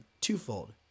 Twofold